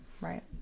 Right